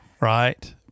right